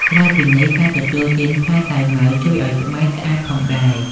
ក្រៅពីនេះ ការទទួលទាន ផ្លែសាវម៉ាវ ជួយអោយស្បែកស្អាតផងដែរ។